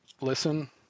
listen